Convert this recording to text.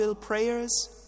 prayers